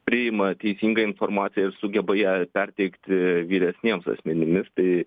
priima teisingą informaciją sugeba ją perteikti vyresniems asmenims tai